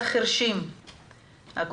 הנהלים יהיו בשפה של מרבית המטופלים באותה מסגרת.